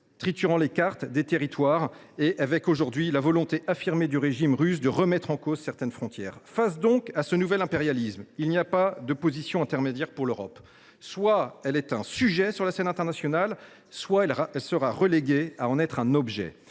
triturant les cartes des territoires en un geste dont on voit l’héritage aujourd’hui dans la volonté affirmée du régime russe de remettre en cause certaines frontières. Face à ce nouvel impérialisme, il n’y a pas de position intermédiaire pour l’Europe : soit elle est un sujet sur la scène internationale soit elle sera reléguée au rang de simple objet.